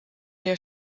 der